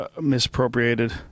misappropriated